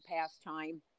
pastime